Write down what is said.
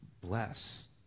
bless